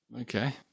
Okay